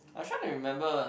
I trying to remember ah